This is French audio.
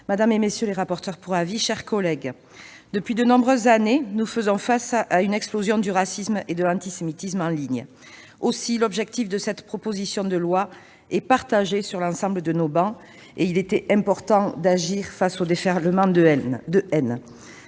la ministre, monsieur le secrétaire d'État, mes chers collègues, depuis de nombreuses années, nous faisons face à une explosion du racisme et de l'antisémitisme en ligne. Aussi, l'objectif de cette proposition de loi est partagé sur l'ensemble de nos travées. Il était important d'agir face au déferlement de haine